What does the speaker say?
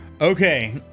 Okay